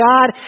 God